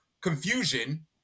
confusion